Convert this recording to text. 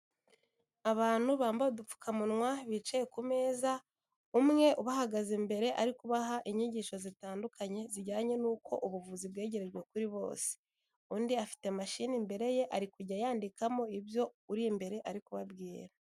Abantu bambaye udupfukamunwa bicaye ku meza, umwe ubahagaze imbere ari kubaha inyigisho zitandukanye zijyanye n'uko ubuvuzi bwegerejwe kuri bose, undi afite mashini imbere ye, ari kujya yandikamo ibyo uri imbere ari kubabwira.